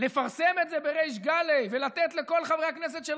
אבל לפרסם את זה בריש גלי ולתת לכל חברי הכנסת של